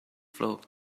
flock